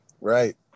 right